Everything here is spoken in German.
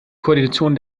koordination